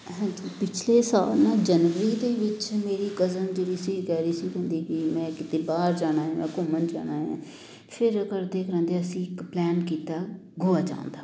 ਪਿਛਲੇ ਸਾਲ ਨਾ ਜਨਵਰੀ ਦੇ ਵਿੱਚ ਮੇਰੀ ਕਜ਼ਨ ਜਿਹੜੀ ਸੀ ਕਹਿ ਰਹੀ ਸੀ ਕਹਿੰਦੀ ਕਿ ਮੈਂ ਕਿਤੇ ਬਾਹਰ ਜਾਣਾ ਹੈ ਮੈਂ ਘੁੰਮਣ ਜਾਣਾ ਹੈ ਫਿਰ ਕਰਦੇ ਕਰਾਉਂਦੇ ਅਸੀਂ ਇੱਕ ਪਲੈਨ ਕੀਤਾ ਗੋਆ ਜਾਣ ਦਾ